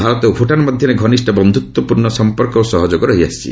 ଭାରତ ଓ ଭୁଟାନ ମଧ୍ୟରେ ଘନୀଷ୍ଣ ବନ୍ଧୁତ୍ୱପୂର୍ଣ୍ଣ ସଫପର୍କ ଓ ସହଯୋଗ ରହିଛି